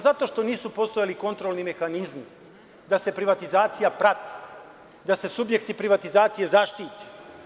Zato što nisu postojali kontrolni mehanizmi, da se privatizacija prati, da se subjekti privatizacije zaštite.